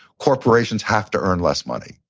corporations have to earn less money.